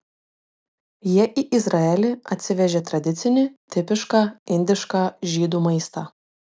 jie į izraelį atsivežė tradicinį tipišką indišką žydų maistą